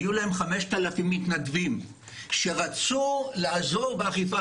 היו להם 5,000 מתנדבים שרצו לעזור באכיפה.